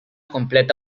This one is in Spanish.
completa